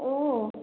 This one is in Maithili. ओ